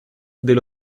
del